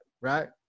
right